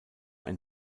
ein